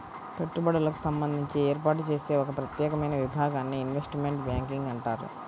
పెట్టుబడులకు సంబంధించి ఏర్పాటు చేసే ఒక ప్రత్యేకమైన విభాగాన్ని ఇన్వెస్ట్మెంట్ బ్యాంకింగ్ అంటారు